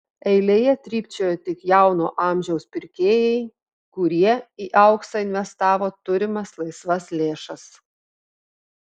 eilėje trypčiojo tik jauno amžiaus pirkėjai kurie į auksą investavo turimas laisvas lėšas